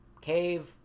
cave